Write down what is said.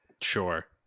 Sure